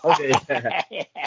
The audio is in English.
Okay